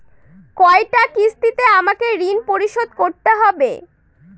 কয়টা কিস্তিতে আমাকে ঋণ পরিশোধ করতে হবে?